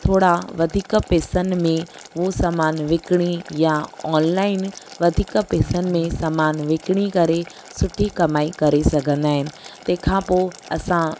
थोरा वधीक पैसनि में उहो सामानु विकिणी या ऑनलाइन वधीक पैसनि में सामानु विकिणी करे सुठी कमाई करे सघंदा आहिनि तंहिं खां पोइ असां